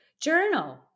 journal